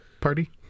party